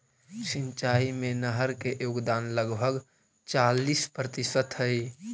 सिंचाई में नहर के योगदान लगभग चालीस प्रतिशत हई